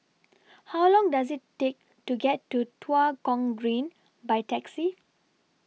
How Long Does IT Take to get to Tua Kong Green By Taxi